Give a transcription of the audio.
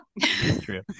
True